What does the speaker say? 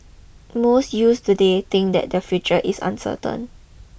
most youth today think that their future is uncertain